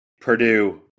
Purdue